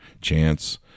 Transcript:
chance